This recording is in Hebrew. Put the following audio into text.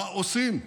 מה עושים?